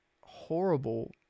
horrible